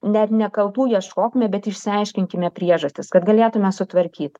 net ne kaltų ieškokime bet išsiaiškinkime priežastis kad galėtume sutvarkyt